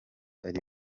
ari